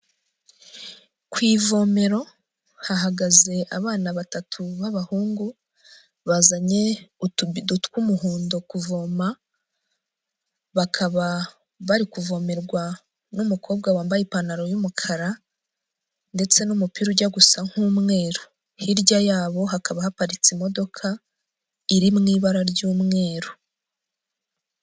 Ku ivomero hahagaze abana batatu b'abahungu, bazanye utubido tw'umuhondo kuvoma, bakaba bari kuvomerwa n'umukobwa wambaye ipantaro y'umukara, ndetse n'umupira ujya gusa nk'umweru, hirya yabo hakaba haparitse imodoka iri mu ibara ry'umweru.